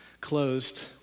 closed